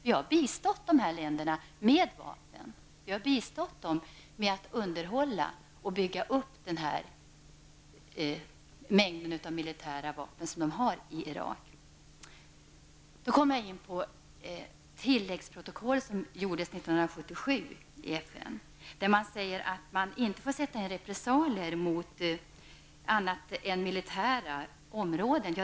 Vi har bistått de här länderna med vapen. Vi har bistått med att underhålla och bygga upp den mängd av militära vapen som finns i Irak. I tilläggsprotokollet, som upprättades 1977 i FN, sägs att man inte får sätta in repressalier mot annat än militära områden.